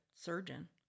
surgeon